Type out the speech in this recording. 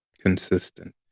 consistent